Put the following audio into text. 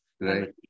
right